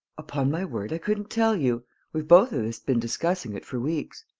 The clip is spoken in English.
upon my word, i couldn't tell you we've both of us been discussing it for weeks.